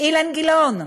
אילן גילאון,